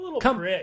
come